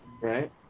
right